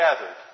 gathered